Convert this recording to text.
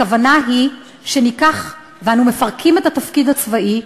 הכוונה היא שניקח אנו מפרקים את התפקיד הצבאי,